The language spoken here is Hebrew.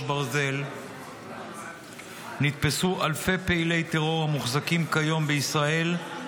ברזל נתפסו אלפי פעילי טרור המוחזקים כיום בישראל,